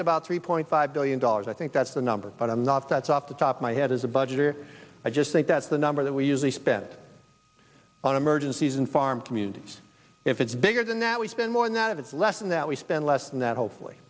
about three point five billion dollars i think that's the number but i'm not that's off the top of my head as a budget or i just think that's the number that we usually spend on emergencies and farm communities if it's bigger than that we spend more and that of it's less than that we spend less than that hopefully